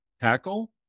tackle